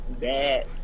bad